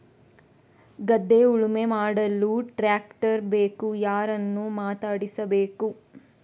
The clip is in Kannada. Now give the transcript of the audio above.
ಗದ್ಧೆ ಉಳುಮೆ ಮಾಡಲು ಟ್ರ್ಯಾಕ್ಟರ್ ಬೇಕು ಯಾರನ್ನು ಮಾತಾಡಿಸಬೇಕು?